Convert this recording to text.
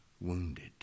Wounded